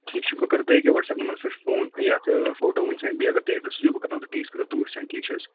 ٹھیٖک چھُ بہٕ کرو تۄہہِ ییٚکیٛاہ وَٹسَپ نمبرس پٮ۪ٹھ فون یَتھ فوٹو تہٕ بیٚیہِ اگر تُہۍ اٮ۪ڈرٮ۪س سوٗزِو بہٕ کرناوو تۄہہِ ٹیسٹ خٲطرٕ توٗرۍ سٮ۪نٛڈ ٹھیٖک چھِ حظ